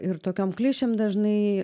ir tokiom klišėm dažnai